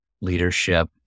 leadership